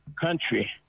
country